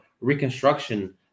Reconstruction